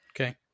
Okay